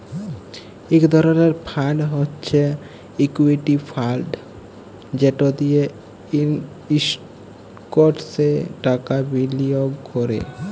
ইক ধরলের ফাল্ড হছে ইকুইটি ফাল্ড যেট দিঁয়ে ইস্টকসে টাকা বিলিয়গ ক্যরে